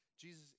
Jesus